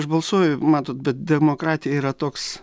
aš balsuoju matot bet demokratija yra toks